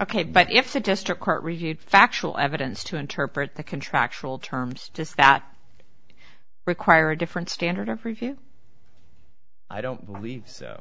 ok but if the district court reviewed factual evidence to interpret the contractual terms just that require a different standard of review i don't believe so